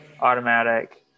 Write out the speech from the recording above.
automatic